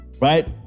right